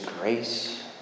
grace